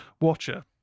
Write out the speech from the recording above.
Watcher